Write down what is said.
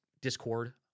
discord